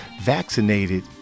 vaccinated